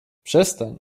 przestań